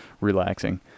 relaxing